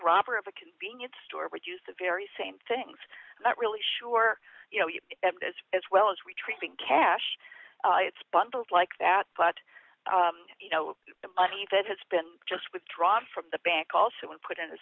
a convenience store would use the very same things that really sure you know you as as well as retrieving cash it's bundles like that but you know the money that has been just withdrawn from the bank also and put in a